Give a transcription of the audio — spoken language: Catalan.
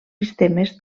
sistemes